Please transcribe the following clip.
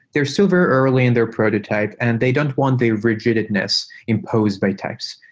they're super early in their prototype and they don't want the rigidness imposed by types.